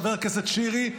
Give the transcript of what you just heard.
חבר הכנסת שירי,